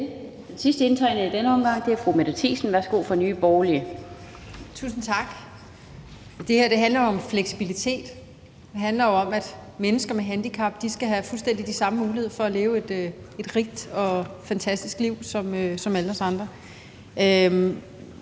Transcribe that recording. Den sidst indtegnede i denne omgang er fru Mette Thiesen fra Nye Borgerlige. Værsgo. Kl. 19:37 Mette Thiesen (NB): Tusind tak. Det her handler om fleksibilitet. Det handler om, at mennesker med handicap skal have fuldstændig de samme muligheder for at leve et rigt og fantastisk liv som alle os andre.